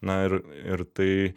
na ir ir tai